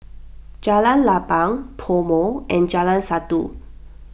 Jalan Lapang PoMo and Jalan Satu